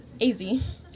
AZ